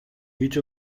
each